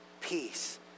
peace